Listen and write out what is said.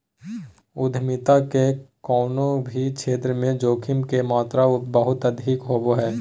उद्यमिता के कउनो भी क्षेत्र मे जोखिम के मात्रा बहुत अधिक होवो हय